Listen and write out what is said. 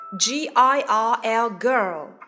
G-I-R-L-Girl